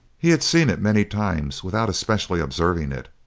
he had seen it many times without especially observing it,